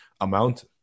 amount